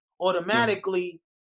automatically